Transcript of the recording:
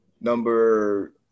Number